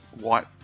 white